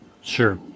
Sure